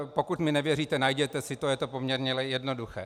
Pokud mi nevěříte, najděte si to, je to poměrně jednoduché.